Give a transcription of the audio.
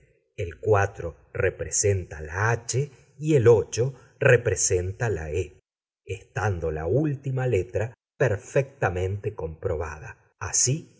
el representa la h y el representa la e estando la última letra perfectamente comprobada así